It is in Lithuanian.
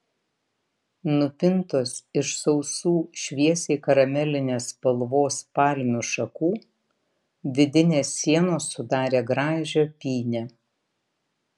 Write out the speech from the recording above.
nupintos iš sausų šviesiai karamelinės spalvos palmių šakų vidinės sienos sudarė gražią pynę